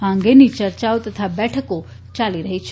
આ અંગેની ચર્ચાઓ તથા બેઠકો ચાલી રહી છે